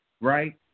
right